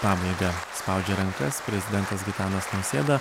pabaigą spaudžia rankas prezidentas gitanas nausėda